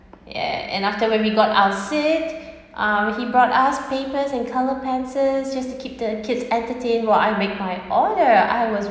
and and after when we got seat um he brought us papers and colour pencils just to keep the kids entertained while I make my order I was